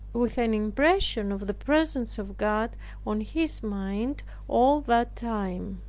with an impression of the presence of god on his mind all that time.